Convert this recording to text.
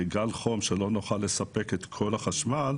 בגל חום שבו לא נוכל לספק את כל החשמל,